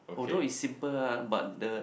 although is simple lah but the